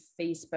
Facebook